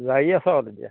জাৰি আছ তেতিয়া